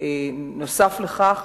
שנוסף על כך.